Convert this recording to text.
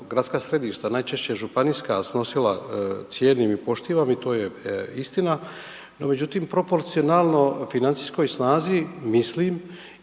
gradska središta, najčešće županijska snosila, cijenim i poštivam i to je istina. No međutim proporcionalno financijskoj snazi mislim